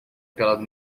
pelas